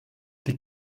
die